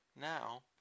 Now